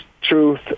truth